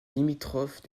limitrophe